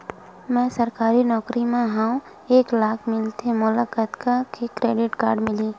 मैं सरकारी नौकरी मा हाव एक लाख मिलथे मोला कतका के क्रेडिट मिलही?